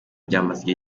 byamaze